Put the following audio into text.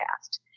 cast